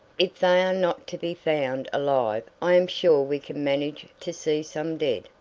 if they are not to be found alive i am sure we could manage to see some dead,